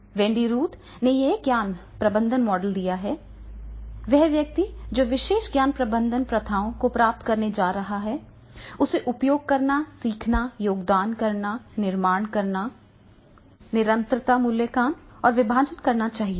Wendy Ruth ने यह ज्ञान प्रबंधन मॉडल दिया है वह व्यक्ति जो विशेष ज्ञान प्रबंधन प्रथाओं को प्राप्त करने जा रहा है उसे उपयोग करना सीखना योगदान करना निर्माण करना निरंतरता मूल्यांकन और विभाजन करना चाहिए